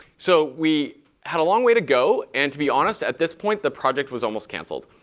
so we had a long way to go. and to be honest, at this point, the project was almost canceled.